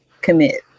commit